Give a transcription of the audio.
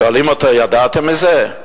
שואלים אותו: ידעתם מזה?